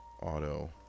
auto